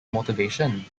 motivation